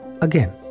Again